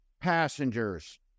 passengers